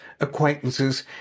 acquaintances